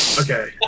Okay